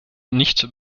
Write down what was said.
nicht